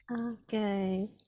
Okay